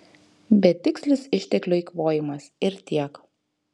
betikslis išteklių eikvojimas ir tiek